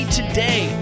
today